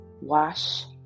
Wash